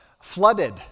flooded